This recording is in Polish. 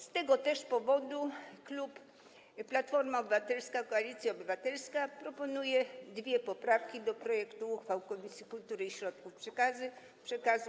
Z tego też powodu klub Platforma Obywatelska - Koalicja Obywatelska proponuje dwie poprawki do projektu uchwały Komisji Kultury i Środków przekazu.